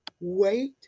Wait